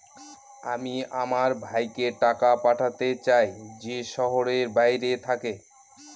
আমি আমার ভাইকে টাকা পাঠাতে চাই যে শহরের বাইরে থাকে